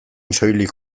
soilik